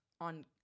on